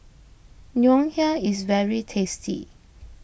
Ngoh Hiang is very tasty